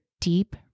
deep